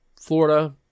Florida